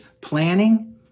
planning